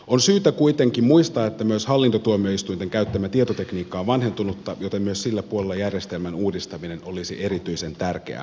on syytä kuitenkin muistaa että myös hallintotuomioistuinten käyttämä tietotekniikka on vanhentunutta joten myös sillä puolella järjestelmän uudistaminen olisi erityisen tärkeää